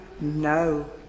no